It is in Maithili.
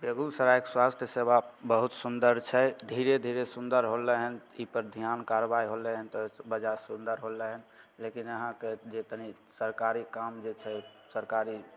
बेगूसरायके स्वास्थ सेवा बहुत सुन्दर छै धीरे धीरे सुन्दर होलै हन ई पर ध्यान कार्रवाइ होलै हन तऽ सुन्दर होलै हन लेकिन यहाँके जे तनी सरकारी काम जे छै सरकारी